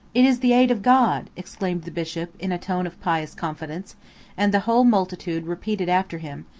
it is the aid of god! exclaimed the bishop, in a tone of pious confidence and the whole multitude repeated after him,